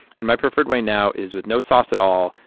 and my preferred way now is with no sauce at all,